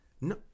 No